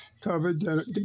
covered